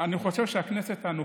אני חושב שהכנסת הנוכחית,